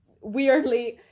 weirdly